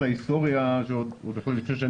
את הנורמיטן וזה דופק את השרירים והוא אומר לך: "מה לעשות",